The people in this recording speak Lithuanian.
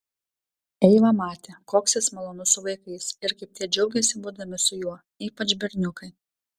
eiva matė koks jis malonus su vaikais ir kaip tie džiaugiasi būdami su juo ypač berniukai